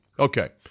Okay